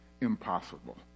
impossible